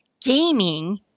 Gaming